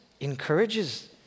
encourages